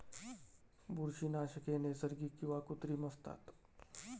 बुरशीनाशके नैसर्गिक किंवा कृत्रिम असतात